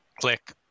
click